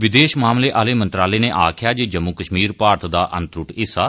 विदेश मामलें आले मंत्रालय नै आखेआ जे जम्मू कश्मीर भारत दा अनत्रुट हिस्सा